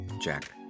Jack